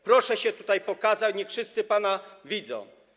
Proszę się tutaj pokazać, niech wszyscy pana widzą.